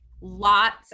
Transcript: lots